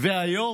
והיום,